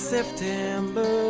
September